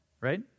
right